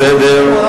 בסדר.